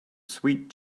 sweet